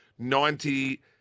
ninety